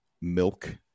milk